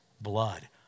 blood